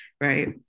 right